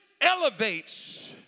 elevates